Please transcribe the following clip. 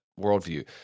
worldview